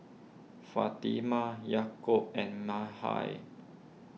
Fatimah Yaakob and Mikhail